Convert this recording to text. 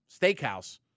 Steakhouse